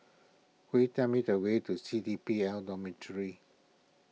could you tell me the way to C D P L Dormitory